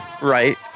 Right